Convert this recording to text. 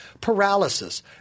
paralysis